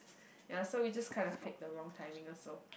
ya so we just kinda picked the wrong timing also